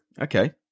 Okay